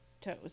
toes